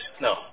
No